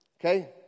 Okay